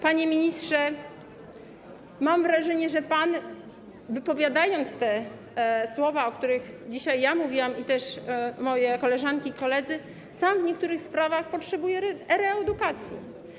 Panie ministrze, mam wrażenie, że pan, wypowiadając te słowa, o których dzisiaj ja mówiłam i moje koleżanki i koledzy mówili, sam w niektórych sprawach potrzebuje reedukacji.